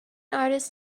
artist